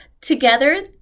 Together